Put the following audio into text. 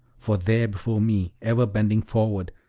for there before me, ever bending forward,